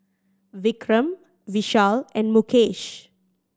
Vikram Vishal and Mukesh